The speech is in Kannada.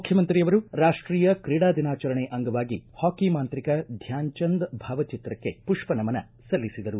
ಮುಖ್ಯಮಂತ್ರಿಯವರು ರಾಷ್ಟೀಯ ಕ್ರೀಡಾ ದಿನಾಚರಣೆ ಅಂಗವಾಗಿ ಹಾಕಿ ಮಾಂತ್ರಿಕ ಧ್ವಾನ್ ಚಂದ್ ಭಾವಚಿತ್ರಕ್ಕೆ ಪುಷ್ವ ನಮನ ಸಲ್ಲಿಸಿದರು